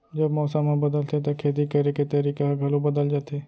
जब मौसम ह बदलथे त खेती करे के तरीका ह घलो बदल जथे?